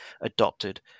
adopted